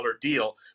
deal